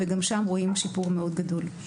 וגם שם רואים שיפור מאוד גדול.